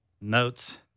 Notes